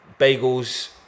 bagels